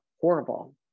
horrible